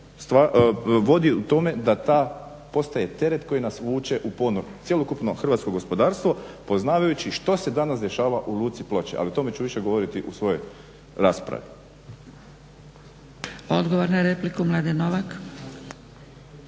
vodi u tome da ta postaje teret koji nas vuče u ponor, cjelokupno hrvatsko gospodarstvo poznavajući što se danas dešava u luci Ploče ali o tome ću više govoriti u svojoj raspravi. **Zgrebec, Dragica